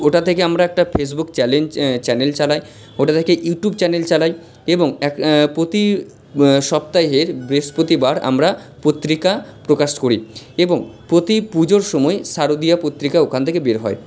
ওটা থেকে আমরা একটা ফেসবুক চ্যালেঞ্জ চ্যানেল চালাই ওটা থেকে ইউটিউব চ্যানেল চালাই এবং এক প্রতি সপ্তাহের বৃহস্পতিবার আমরা পত্রিকা প্রকাশ করি এবং প্রতি পুজোর সময় শারদীয়া পত্রিকা ওখান থেকে বের হয়